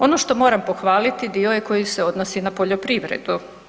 Ono što moram pohvaliti, dio je koji se odnosi na poljoprivredu.